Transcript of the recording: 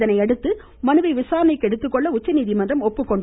இதனையடுத்து மனுவை விசாரணைக்கு எடுத்துக்கொள்ள உச்சநீதிமன்றம் ஒப்புக்கொண்டது